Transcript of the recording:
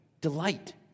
delight